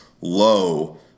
low